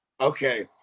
Okay